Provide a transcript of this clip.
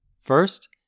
First